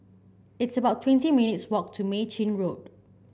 it's about twenty minutes' walk to Mei Chin Road